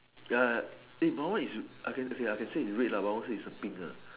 ya ya eh but what it is okay I can say is red lah but I won't say is a pink ah